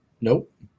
Nope